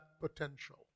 potential